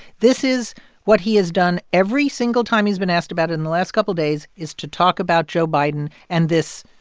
this is what he has done every single time he's been asked about in the last couple days is to talk about joe biden and this,